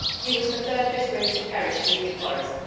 he was the third of his race to perish in the new forest,